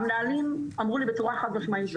המנהלים אמרו לי בצורה חד משמעית,